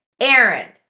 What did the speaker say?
Aaron